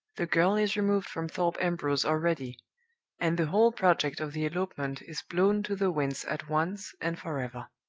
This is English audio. the girl is removed from thorpe ambrose already and the whole project of the elopement is blown to the winds at once and forever.